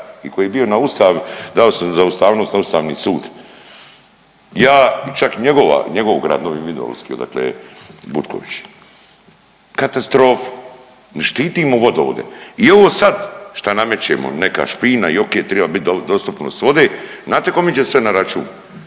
i koji je bio na ustav dao sam za ustavnost na Ustavni sud. Ja i čak njegova i njegov grad Novi Vinodolski odakle je Butković. Katastrofa. Mi štitimo vodovode. I ovo sad šta namećemo neka špina i ok triba bit dostupnost vode znate kome iđe sve na račun?